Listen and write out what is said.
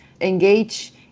engage